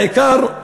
העיקר,